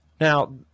Now